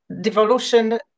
devolution